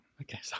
Okay